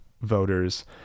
voters